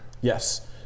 Yes